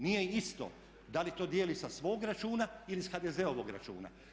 Nije isto da li to dijeli sa svog računa ili sa HDZ-ovog računa.